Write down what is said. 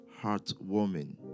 heartwarming